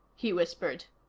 he whispered.